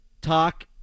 talk